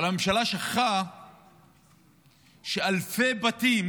אבל הממשלה שכחה שאלפי בתים